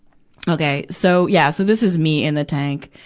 okay. so, yeah. so, this is me in the tank.